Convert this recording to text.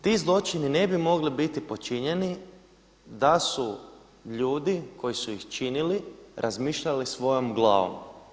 Ti zločini ne bi mogli biti počinjeni da su ljudi koji su ih činili razmišljali svojom glavom.